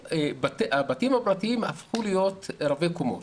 הבתים הפרטיים הפכו להיות רבי קומות.